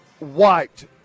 wiped